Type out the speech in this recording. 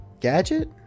gadget